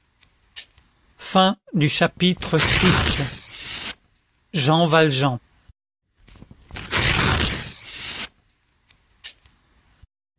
chapitre vi jean valjean